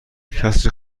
کسی